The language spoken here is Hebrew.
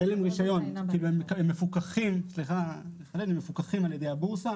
הם מפוקחים על ידי הבורסה,